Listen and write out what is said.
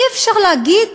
אי-אפשר להגיד